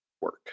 work